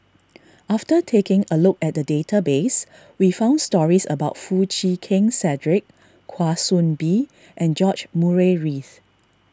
after taking a look at the database we found stories about Foo Chee Keng Cedric Kwa Soon Bee and George Murray Reith